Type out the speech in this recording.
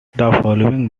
following